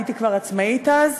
הייתי כבר עצמאית אז,